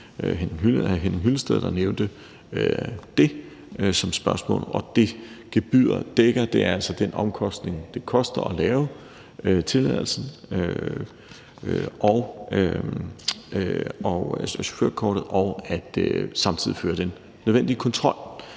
Henning Hyllested, der nævnte det i et spørgsmål, og det, gebyret dækker, er altså den omkostning, der er ved at lave tilladelsen og chaufførkortet og samtidig føre den nødvendige kontrol.